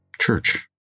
Church